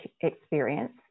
experience